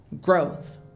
growth